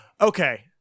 Okay